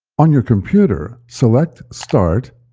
on your computer, select start,